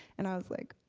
and i was like,